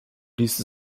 ließe